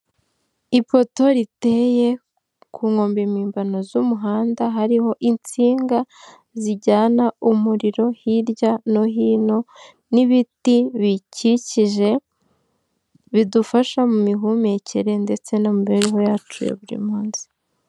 Ipoto riteye ku nkombe mpimbano z'umuhanda hariho insinga zijyana umuriro hirya no hino n'ibiti biyikikije bidufasha mu mihumekere ndetse no mu mibereho yacu ya buri munsi.